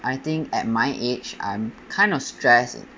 I think at my age I'm kind of stressed